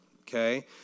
okay